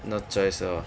no choice lor